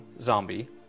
zombie